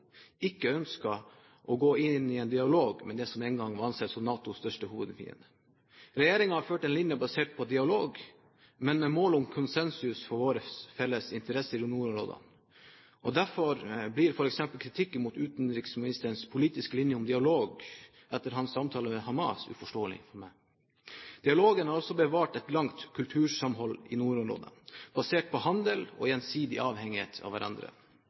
ikke ønsket å gå inn i en dialog med det som den gang var ansett som NATOs hovedfiende. Regjeringen har ført en linje basert på dialog, men med mål om konsensus om våre felles interesser i nordområdene. Derfor blir f.eks. kritikken mot utenriksministerens politiske linje om dialog etter hans samtaler med Hamas uforståelig for meg. Dialogen har også bevart et langt kultursamhold i nordområdene basert på handel og gjensidig avhengighet av hverandre